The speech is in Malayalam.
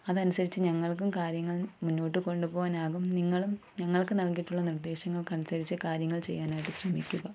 അതനുസരിച്ച് ഞങ്ങൾക്കും കാര്യങ്ങൾ മുന്നോട്ടുകൊണ്ടുപോകാൻ ആകും നിങ്ങളും ഞങ്ങൾക്ക് നൽകിയിട്ടുള്ള നിർദ്ദേശങ്ങൾക്കനുസരിച്ച് കാര്യങ്ങൾ ചെയ്യാനായിട്ട് ശ്രമിക്കുക